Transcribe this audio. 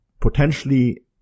potentially